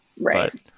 Right